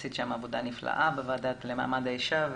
עשית שם עבודה נפלאה בוועדה לקידום מעמד האישה.